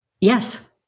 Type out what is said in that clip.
yes